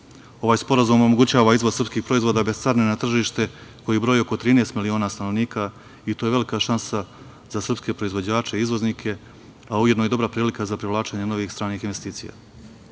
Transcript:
Ovaj sporazum omogućava izvoz srpskih proizvoda bez carine na tržište koji broji oko 13 miliona stanovnika i to je velika šansa sa srpske proizvođače, izvoznike, a ujedno i dobra prilika za privlačenje novih stranih investicija.